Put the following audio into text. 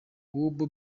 ubwo